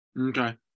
Okay